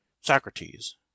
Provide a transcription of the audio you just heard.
Socrates